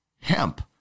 hemp